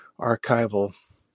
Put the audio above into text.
archival